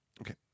okay